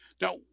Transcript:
Now